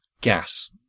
gas